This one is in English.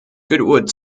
goodwood